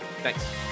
Thanks